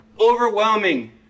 overwhelming